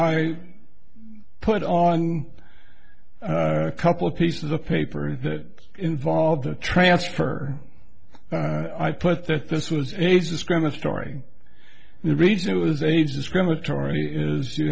i put on a couple of pieces of paper that involved the transfer i put that this was a discriminatory read it was a discriminatory is you